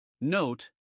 Note